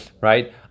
right